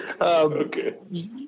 Okay